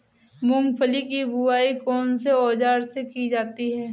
मूंगफली की बुआई कौनसे औज़ार से की जाती है?